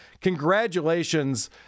Congratulations